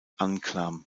anklam